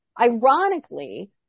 Ironically